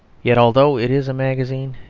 yet although it is a magazine,